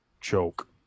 choke